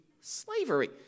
slavery